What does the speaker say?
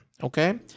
Okay